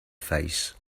face